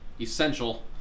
essential